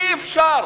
אי-אפשר